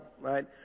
Right